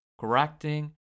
correcting